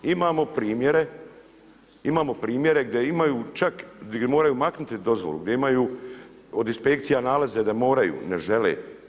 Imamo primjere, imao primjere, gdje imaju čak, gdje moraju maknuti dozvolu, gdje imaju od Inspekcija nalaze, da moraju, ne žele.